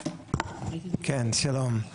כן, שלום.